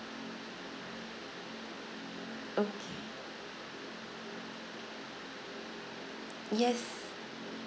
okay yes